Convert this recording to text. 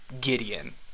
Gideon